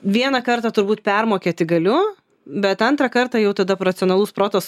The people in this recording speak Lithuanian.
vieną kartą turbūt permokėti galiu bet antrą kartą jau tada racionalus protas